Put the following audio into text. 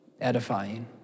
edifying